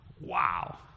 wow